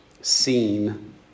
seen